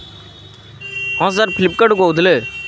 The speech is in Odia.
ହଁ ସାର୍ ଫ୍ଲିପକାର୍ଟ୍ରୁ କହୁଥିଲେ